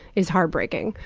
is heart breaking.